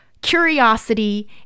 curiosity